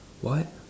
what